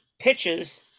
pitches